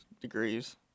degrees